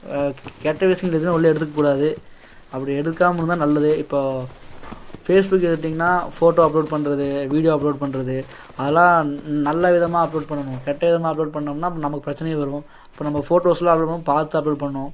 கெட்ட விஷயம்னு தெரிஞ்சிதுதுனால் உள்ளே எடுத்துக்கக்கூடாது அப்படி எடுக்காமல் இருந்தால் நல்லது இப்போ ஃபேஸ்புக்கை எடுத்தீங்கனா ஃபோட்டோ அப்லோட் பண்ணுறது வீடியோ அப்லோட் பண்ணுறது அதெலாம் நல்லவிதமா அப்லோட் பண்ணணும் கெட்டவிதமா அப்லோட் பண்ணிணம்னா நமக்குப் பிரச்சினைகள் வரும் இப்போ நம்ம ஃபோட்டோஸ்லாம் அப்லோட் பண்ணணும் போது பார்த்து அப்லோடு பண்ணணும்